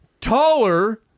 taller